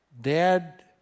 Dad